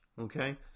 okay